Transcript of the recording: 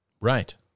right